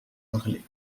parlé